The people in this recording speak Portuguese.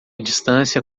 distância